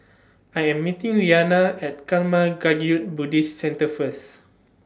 I Am meeting Rhianna At Karma Kagyud Buddhist Centre First